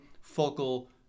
focal